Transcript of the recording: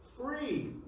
free